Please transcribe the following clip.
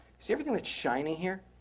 see everything that's shiny here?